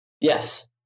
Yes